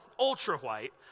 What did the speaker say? ultra-white